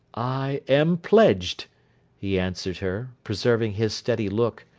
i am pledged he answered her, preserving his steady look,